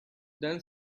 then